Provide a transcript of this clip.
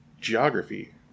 geography